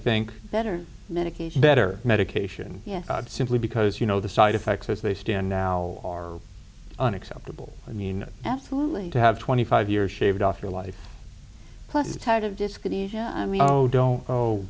think better medication better medication yes simply because you know the side effects as they stand now are unacceptable i mean absolutely to have twenty five years shaved off your life